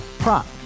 Prop